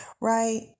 Right